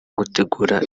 gutegura